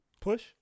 Push